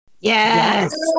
Yes